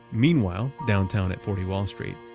meanwhile downtown at forty wall street,